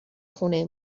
خونه